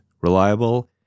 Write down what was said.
reliable